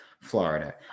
Florida